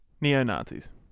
Neo-Nazis